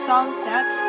sunset